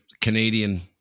Canadian